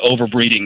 overbreeding